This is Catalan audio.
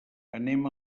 anem